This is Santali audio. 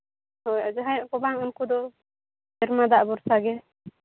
ᱦᱳᱭ ᱟᱨ ᱡᱟᱦᱟᱸᱭᱟᱜ ᱠᱚ ᱵᱟᱝ ᱩᱱᱠᱩ ᱫᱚ ᱥᱮᱨᱢᱟ ᱫᱟᱜ ᱵᱷᱚᱨᱥᱟ ᱜᱮ